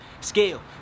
Scale